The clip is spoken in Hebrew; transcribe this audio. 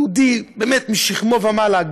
באמת יהודי משכמו ומעלה,